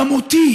גם אותי